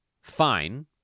fine